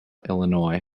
illinois